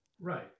Right